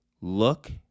look